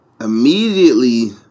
immediately